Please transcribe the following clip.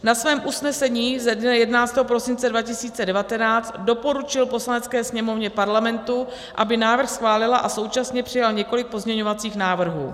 Na svém usnesení ze dne 11. prosince 2019 doporučil Poslanecké sněmovně Parlamentu, aby návrh schválila, a současně přijal několik pozměňovacích návrhů.